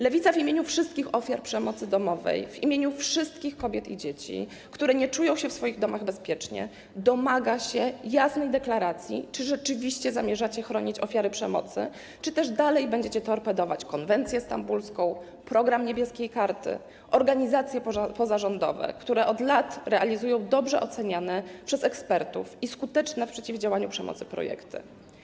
Lewica w imieniu wszystkich ofiar przemocy domowej, w imieniu wszystkich kobiet i dzieci, które nie czują się w swoich domach bezpiecznie, domaga się jasnej deklaracji, czy rzeczywiście zamierzacie chronić ofiary przemocy, czy też dalej będziecie torpedować konwencję stambulską, program „Niebieskiej karty”, organizacje pozarządowe, które od lat realizują dobrze oceniane przez ekspertów i skuteczne w przeciwdziałaniu przemocy projekty.